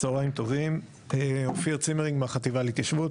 צהריים טובים, אופיר צימרינג מהחטיבה להתיישבות.